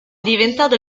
diventato